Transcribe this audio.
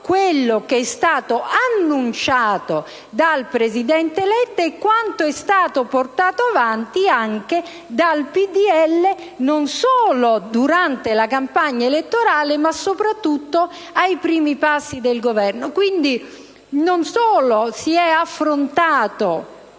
quanto è stato annunciato dal presidente Letta ed è stato portato avanti anche dal PdL non solo durante la campagna elettorale ma soprattutto ai primi passi del Governo. Non solo in questo